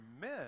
men